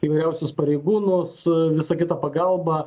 įvairiausius pareigūnus visą kitą pagalbą